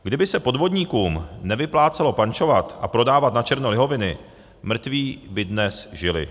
Kdyby se podvodníkům nevyplácelo pančovat a prodávat načerno lihoviny, mrtví by dnes žili.